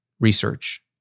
research